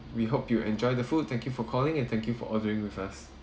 we hope you enjoy the food thank you for calling and thank you for ordering with us